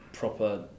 proper